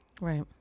Right